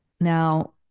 now